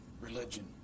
religion